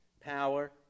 Power